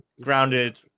grounded